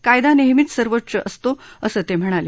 कायदा नेहमीच सर्वोच्च असतो असं ते म्हणाले